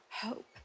hope